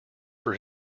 for